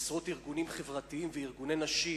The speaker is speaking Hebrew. עשרות ארגונים חברתיים וארגוני נשים,